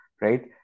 right